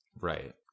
Right